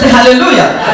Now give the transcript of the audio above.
hallelujah